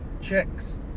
checks